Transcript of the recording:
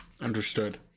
Understood